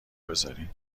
بزارین